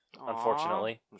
unfortunately